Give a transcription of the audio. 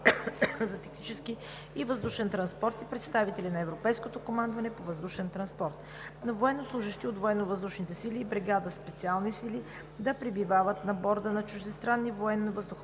за тактически въздушен транспорт и представители на Европейското командване по въздушен транспорт. 2. На военнослужещи от Военновъздушните сили и бригада Специални сили да пребивават на борда на чуждестранни военни въздухоплавателни